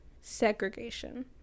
segregation